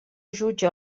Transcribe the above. jutja